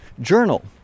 journal